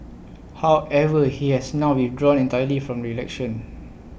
however he has now withdrawn entirely from election